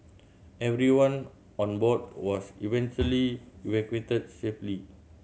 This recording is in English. everyone on board was eventually evacuated safely